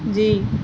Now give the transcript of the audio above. جی